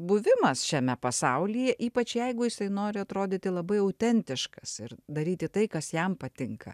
buvimas šiame pasaulyje ypač jeigu jisai nori atrodyti labai autentiškas ir daryti tai kas jam patinka